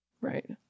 Right